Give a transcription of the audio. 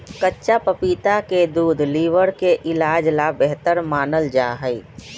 कच्चा पपीता के दूध लीवर के इलाज ला बेहतर मानल जाहई